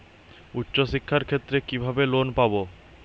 উচ্চশিক্ষার ক্ষেত্রে কিভাবে লোন পাব?